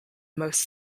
most